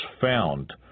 found